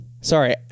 sorry